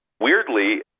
Weirdly